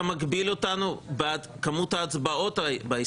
אתה מגביל אותנו בעד כמות ההסתייגויות.